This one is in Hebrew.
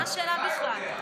מה השאלה בכלל?